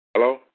Hello